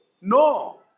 No